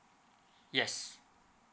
yes